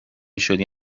شدی